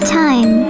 time